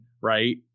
right